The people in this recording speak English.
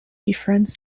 befriends